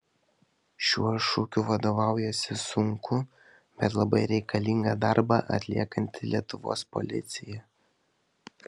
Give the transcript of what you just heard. šiuo šūkiu vadovaujasi sunkų bet labai reikalingą darbą atliekanti lietuvos policija